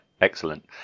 excellent